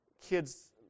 kids –